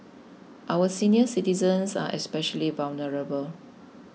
our senior citizens are especially vulnerable